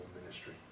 ministry